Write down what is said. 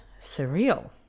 surreal